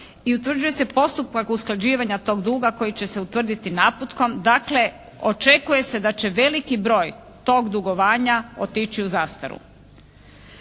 i utvrđuje se postupak usklađivanja tog duga koji će utvrditi naputkom, dakle očekuje se da će veliki broj tog dugovanja otići u zastaru.